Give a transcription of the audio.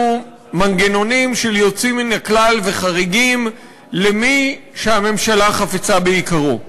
מנגנונים של יוצאים מן הכלל וחריגים למי שהממשלה חפצה ביקרו.